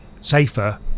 safer